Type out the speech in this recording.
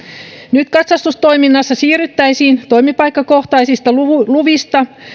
nyt katsastustoiminnassa siirryttäisiin toimipaikkakohtaisista luvista luvista